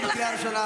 מה זה קשור לחוק?